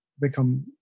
become